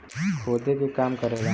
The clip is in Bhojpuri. खोदे के काम करेला